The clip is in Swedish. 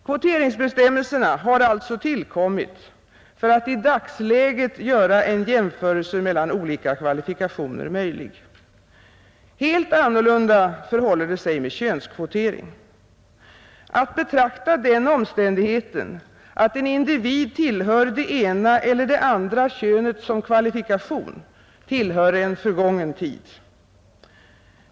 Kvoteringsbestämmelserna har alltså tillkommit för att i dagsläget göra en jämförelse mellan olika kvalifikationer möjlig. Helt annorlunda förhåller det sig med könskvotering. Att betrakta den omständigheten att en individ tillhör det ena eller det andra könet som kvalifikation hör till en förgången tid.